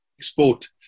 export